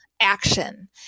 action